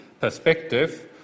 perspective